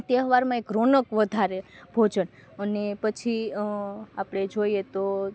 તહેવારમાં એક રોનક વધારે ભોજન અને પછી આપણે જોઇએ તો